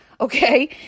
Okay